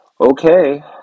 okay